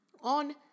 on